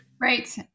Right